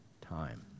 time